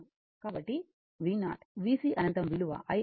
కాబట్టి v0 vc అనంతం విలువ I R